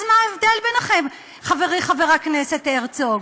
אז מה ההבדל ביניכם, חברי חבר הכנסת הרצוג?